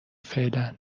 فعلا